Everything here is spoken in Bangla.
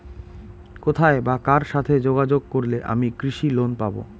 কোথায় বা কার সাথে যোগাযোগ করলে আমি কৃষি লোন পাব?